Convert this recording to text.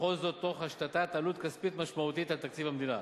וכל זאת תוך השתת עלות כספית משמעותית על תקציב המדינה.